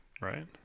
right